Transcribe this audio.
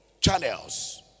Channels